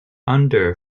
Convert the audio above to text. under